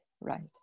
right